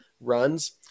runs